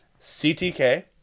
ctk